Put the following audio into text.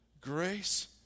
grace